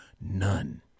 none